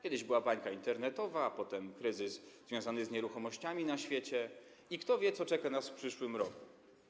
Kiedyś była bańka internetowa, potem kryzys związany z nieruchomościami na świecie i kto wie, co czeka nas w przyszłym roku.